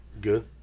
Good